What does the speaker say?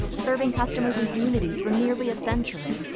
serving customers and communities for nearly a century.